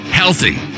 healthy